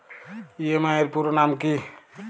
EMI এর পুরোনাম কী?